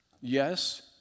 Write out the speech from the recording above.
Yes